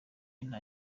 nta